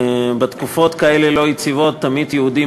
בתקופות כאלה לא יציבות תמיד יהודים